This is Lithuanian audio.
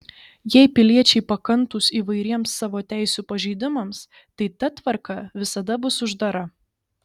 jei piliečiai pakantūs įvairiems savo teisių pažeidimams tai ta tvarka visada bus uždara